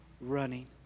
running